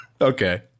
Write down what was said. Okay